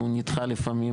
הוא נדחה לפעמים.